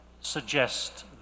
suggest